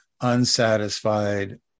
unsatisfied